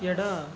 ಎಡ